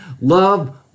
Love